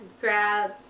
grab